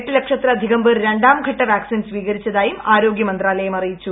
എട്ട് ലക്ഷത്തിലധികം പേർ രണ്ടാംഘട്ട വാക്സിൻ സ്വീകരിച്ചതായും ആരോഗൃ മന്ത്രാലയം അറിയിച്ചു